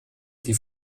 die